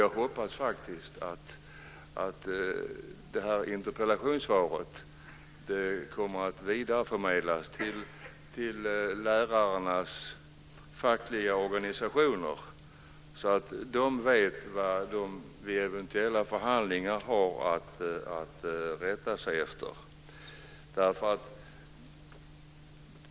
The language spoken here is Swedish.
Jag hoppas faktiskt att det här interpellationssvaret kommer att vidareförmedlas till lärarnas fackliga organisationer så att de vet vad de vid eventuella förhandlingar har att rätta sig efter.